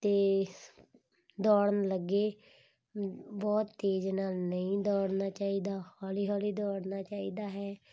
ਅਤੇ ਦੌੜਨ ਲੱਗੇ ਬਹੁਤ ਤੇਜ਼ ਨਾਲ ਨਹੀਂ ਦੌੜਨਾ ਚਾਹੀਦਾ ਹੌਲੀ ਹੌਲੀ ਦੌੜਨਾ ਚਾਹੀਦਾ ਹੈ